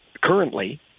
currently